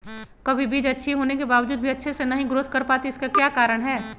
कभी बीज अच्छी होने के बावजूद भी अच्छे से नहीं ग्रोथ कर पाती इसका क्या कारण है?